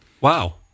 Wow